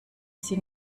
sie